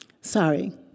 Sorry